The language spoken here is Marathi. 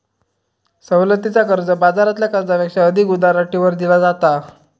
सवलतीचा कर्ज, बाजारातल्या कर्जापेक्षा अधिक उदार अटींवर दिला जाता